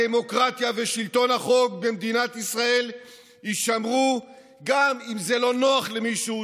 הדמוקרטיה ושלטון החוק במדינת ישראל יישמרו גם אם זה לא נוח למישהו.